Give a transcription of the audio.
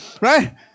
right